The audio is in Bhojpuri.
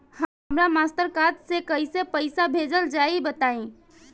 हमरा मास्टर कार्ड से कइसे पईसा भेजल जाई बताई?